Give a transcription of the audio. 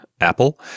Apple